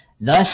Thus